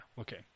Okay